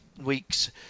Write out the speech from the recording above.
week's